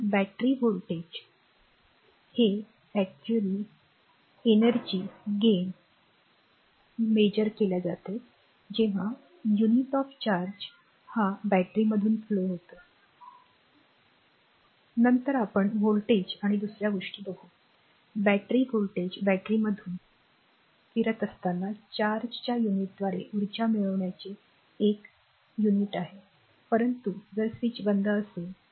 battery voltage हे battery द्वारे चार्जच्या युनिटद्वारे प्राप्त केलेल्या उर्जेचे एक उपाय आहे नंतर आपण व्होल्टेज आणि दुसर्या गोष्टी बघू बॅटरी व्होल्टेज बॅटरीमधून फिरत असताना चार्जच्या युनिटद्वारे उर्जा मिळविण्याचे एक उपाय आहे परंतु जर स्विच बंद असेल तर